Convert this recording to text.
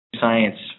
science